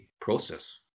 process